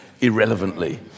irrelevantly